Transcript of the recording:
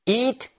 eat